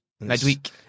midweek